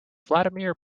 vladimir